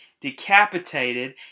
decapitated